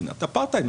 מדינת אפרטהייד,